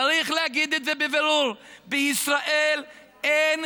צריך להגיד את זה בבירור: בישראל אין